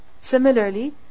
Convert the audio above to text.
Similarly